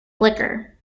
flicker